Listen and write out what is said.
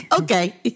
okay